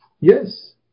Yes